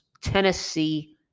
Tennessee